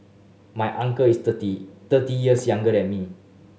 my uncle is thirty thirty years younger than me